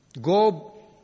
Go